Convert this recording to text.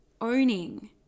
owning